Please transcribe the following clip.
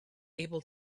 able